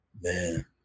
Man